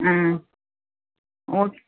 ஆ okay